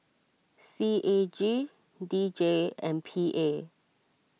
C A G D J and P A